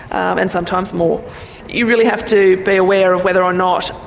and sometimes more you really have to be aware of whether or not,